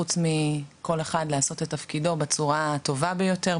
חוץ מכל אחד לעשות את תפקידו בצורה הטובה ביותר,